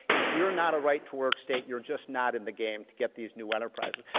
if you're not a right to work state you're just not in the game to get these new enterprises.